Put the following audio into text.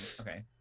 Okay